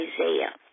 Isaiah